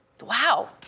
Wow